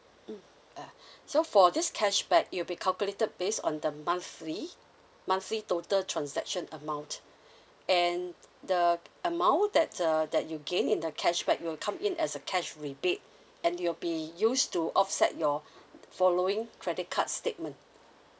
mm uh so for this cashback it'll be calculated based on the monthly monthly total transaction amount and the amount that uh that you gain in the cashback will come in as a cash rebate and you'll be used to offset your following credit card statement